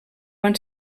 van